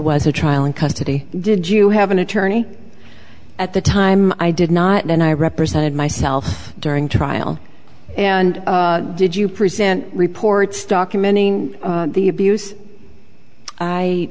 was a trial in custody did you have an attorney at the time i did not and i represented myself during trial and did you present reports documenting the abuse i